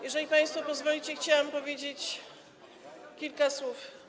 Jeżeli państwo pozwolicie, chciałabym powiedzieć kilka słów.